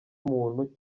muntu